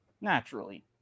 naturally